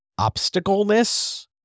obstacleness